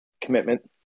commitment